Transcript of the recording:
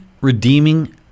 redeeming